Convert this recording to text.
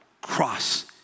cross